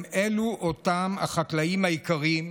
הם אותם החקלאים היקרים,